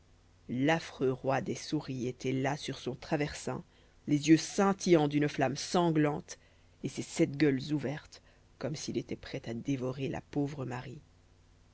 l'affreux roi des souris était là sur son traversin les yeux scintillant d'une flamme sanglante et ses sept gueules ouvertes comme s'il était prêt à dévorer la pauvre marie